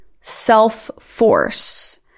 self-force